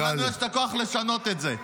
ולנו יש את הכוח לשנות את זה.